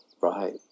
right